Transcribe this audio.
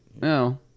No